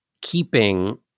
keeping